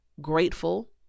grateful